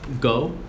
Go